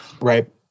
Right